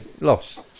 loss